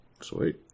Sweet